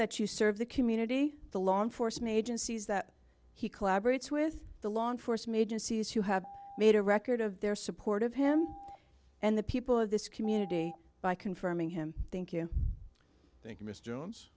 that you serve the community the law enforcement agencies that he collaborates with the law enforcement agencies who have made a record of their support of him and the people of this community by confirming him thank you thank you mr jones